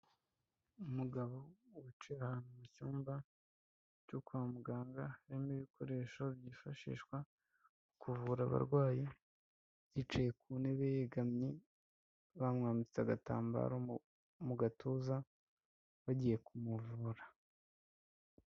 Umugabo wicaye ahantu mu cyumba cyo kwa muganga, harimo ibikoresho byifashishwa mu kuvura abarwayi, yicaye ku ntebe yegamye, bamwambitse agatambaro mu gatuza bagiye kumuvura.